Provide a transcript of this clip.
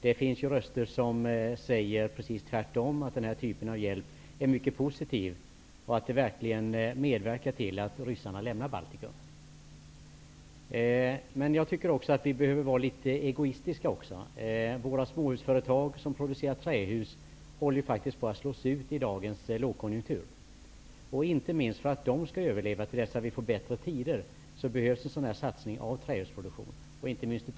Det finns röster som hävdar raka motsatsen, att denna typ av hjälp är mycket positiv och verkligen bidrar till att ryssarna lämnar Men jag tycker också att vi behöver vara litet egoistiska. Våra småhusföretag som producerar trähus håller i dagens lågkonjunktur på att slås ut. Inte minst för att de skall överleva till dess att vi får bättre tider behövs en satsning på trähusproduktion.